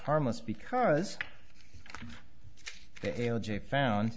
harmless because they found